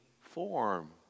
form